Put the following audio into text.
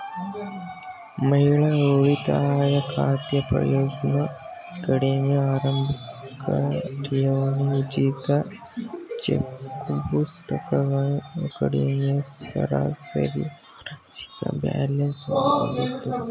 ಮಹಿಳಾ ಉಳಿತಾಯ ಖಾತೆ ಪ್ರಯೋಜ್ನ ಕಡಿಮೆ ಆರಂಭಿಕಠೇವಣಿ ಉಚಿತ ಚೆಕ್ಪುಸ್ತಕಗಳು ಕಡಿಮೆ ಸರಾಸರಿಮಾಸಿಕ ಬ್ಯಾಲೆನ್ಸ್ ಒಳಗೊಂಡಿರುತ್ತೆ